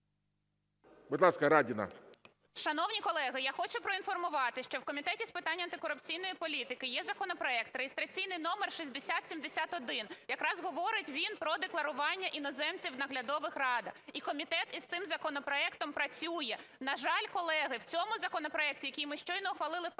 Будь ласка, Радіна.